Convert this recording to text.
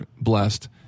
blessed